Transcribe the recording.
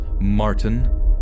Martin